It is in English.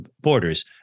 borders